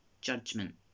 judgment